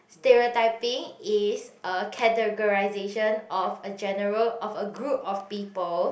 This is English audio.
stereotyping is a categorisation of a general of a group of people